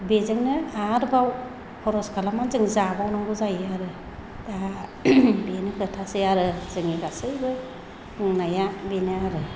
बेजोंनो आरोबाव खरस खालामनानै जोङो जाबावनांगौ जायो आरो दा बेनो खोथासै आरो जोंनि गासैबो बुंनाया बेनो आरो